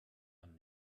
man